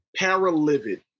paralivid